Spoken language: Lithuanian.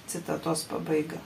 citatos pabaiga